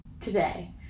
today